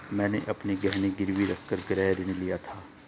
मैंने अपने गहने गिरवी रखकर गृह ऋण लिया था